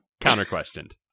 Counter-questioned